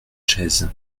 chaises